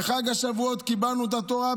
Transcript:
בחג השבועות קיבלנו את התורה,